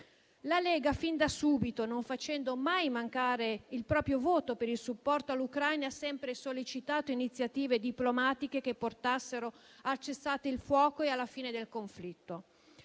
La Lega fin da subito, non facendo mai mancare il proprio voto per il supporto all'Ucraina, ha sempre sollecitato iniziative diplomatiche che portassero al cessate il fuoco e alla fine del conflitto.